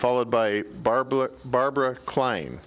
followed by barbara barbara climb